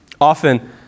Often